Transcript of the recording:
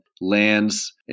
lands